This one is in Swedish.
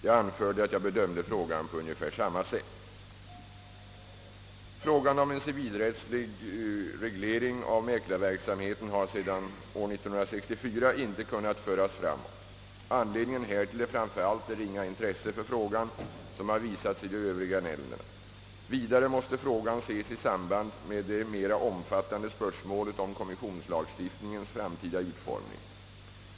Jag anförde att jag bedömde frågan på ungefär samma sätt. Frågan om en civilrättslig reglering av mäklarverksamheten har sedan år 1964 inte kunnat föras framåt. Anledningen härtill är framför allt det ringa intresse som har visats i de övriga nordiska länderna. Vidare måste frågan ses i samband med bl.a. det mera omfattande spörsmålet om kommissionslagstiftningens framtida utformning.